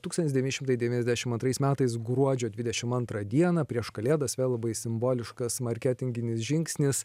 tūkstantis devyni šimtai devyniasdešim antrais metais gruodžio dvidešim antrą dieną prieš kalėdas vėl labai simboliškas marketinginis žingsnis